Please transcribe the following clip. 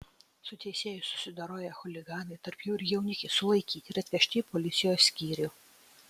su teisėju susidoroję chuliganai tarp jų ir jaunikis sulaikyti ir atvežti į policijos skyrių